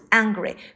angry